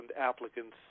applicants